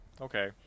Okay